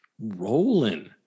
Rolling